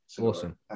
Awesome